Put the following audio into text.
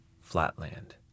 flatland